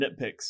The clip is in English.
nitpicks